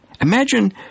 Imagine